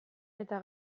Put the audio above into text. eta